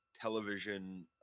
television –